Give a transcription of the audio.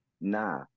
Nah